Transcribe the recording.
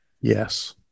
Yes